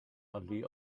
allee